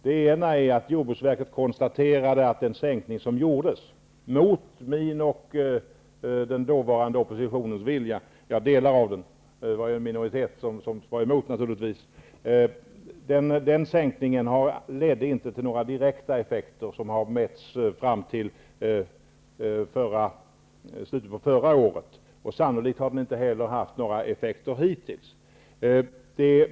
Det ena är att jordbruksverket konstaterade att den sänkning som gjordes, mot min och den dåvarande oppositionens vilja -- delar av den, det var naturligtvis en minoritet som var emot -- inte ledde till några direkta effekter som har kunnat uppmätas fram till slutet av förra året. Sannolikt har den inte heller haft några effekter hittills.